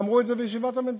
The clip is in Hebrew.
ואמרו את זה בישיבת הממשלה: